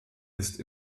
ist